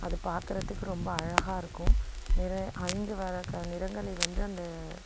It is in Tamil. அது பார்க்கறதுக்கு ரொம்ப அழகாக இருக்கும் ஐந்து வகை நிறங்களை வந்து அந்த